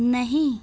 नहीं